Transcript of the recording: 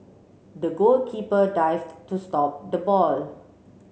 the goalkeeper dived to stop the ball